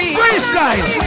freestyle